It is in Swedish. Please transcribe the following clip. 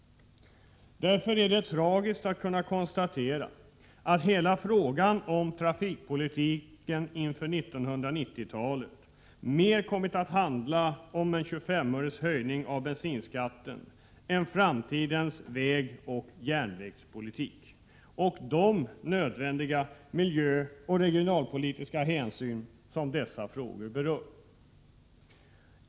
Därför är det tragiskt att kunna konstatera att hela frågan om trafikpolitiken inför 1990-talet mer kommit att handla om 25 öres höjning av bensinskatten än om framtidens vägoch järnvägspolitik och de nödvändiga miljömässiga och regionalpolitiska hänsyn som dessa frågor berör.